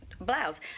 blouse